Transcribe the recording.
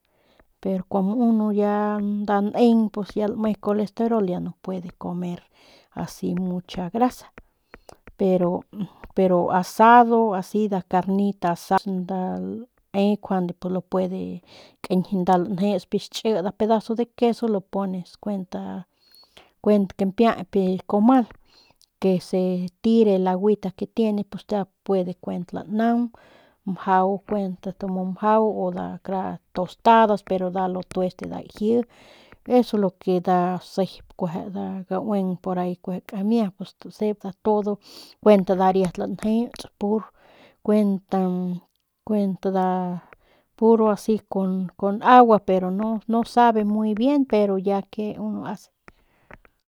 Pero como uno ya neng pues ya lame colesterol ya no puede comer asi mucha grasa pero pero asado asi nda carnita asada le pues lo puede nda landejeuts nda kampiey xtchi nda pedazo de queso lo pones kuent kuenta kampieyp en el comal que se tire el aguita que tiene pues nda puede kuent nda naung mjau kuent ndu muu mjau u kuent de todo mjau kuent kara tostada pero nda lo tuest e nda laji eso es lo que nda sep nda gaueng kueje porahi kueje kamia pues stasep todo kuent nda riat lanjeuts pur kuent ta kuenta puro asi con agua pero no sabe muy bien pero ya que uno